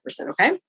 okay